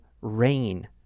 rain